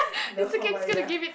no but ya